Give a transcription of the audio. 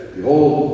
Behold